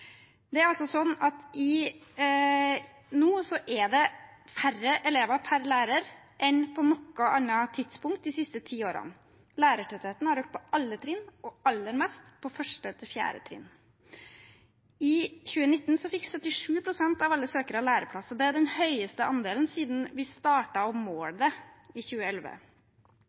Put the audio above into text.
i hele utdanningssystemet. Det er nå færre elever per lærer enn på noe annet tidspunkt de siste ti årene. Lærertettheten har økt på alle trinn og aller mest på 1.–4. trinn. I 2019 fikk 77 pst. av alle søkere læreplass, og det er den høyeste andelen siden vi startet å måle det i 2011.